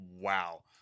wow